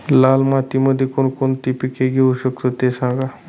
लाल मातीमध्ये कोणकोणती पिके घेऊ शकतो, ते सांगा